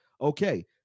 okay